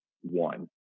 one